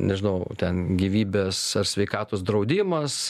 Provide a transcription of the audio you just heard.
nežinau ten gyvybės ar sveikatos draudimas